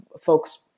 folks